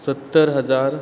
सत्तर हजार